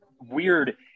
weird